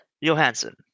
Johansson